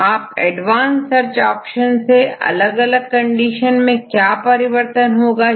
आप advance search option से अलग अलग कंडीशन में क्या परिवर्तन होगा देख सकते हैं